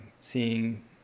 seeing